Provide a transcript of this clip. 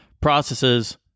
processes